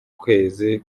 kwezi